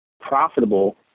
profitable